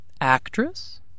Actress